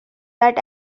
that